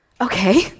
Okay